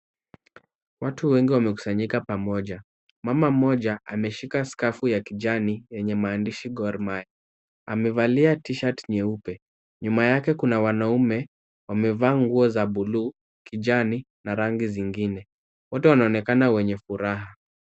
Watu wengi wamekusanyika pamoja. Mama mmoja ameshika skafu yenye maandishi Gormahia. Amevalia t-shirt nyeupe. Nyuma yake kuna wanaume. Wamevaa nguo za buluu , kijani na rangi zingine. Wote wanaonekana wenye furaha.